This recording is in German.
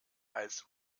als